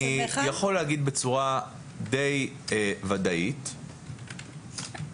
אני יכול להגיד בצורה די ודאית ענת,